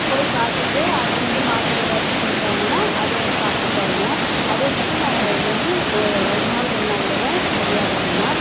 போய் பார்த்துட்டு அவங்க வந்து மாத்திர ஏதாச்சும் கொடுத்தாங்கன்னா அதை வந்து சாப்பிட்டு பாருங்க அதே மாதிரி நான் இது வந்து ஒ ஒரு நாள் ரெண்டு நாள்லெலாம் சரி ஆகாதுங்கம்மா